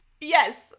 Yes